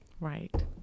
Right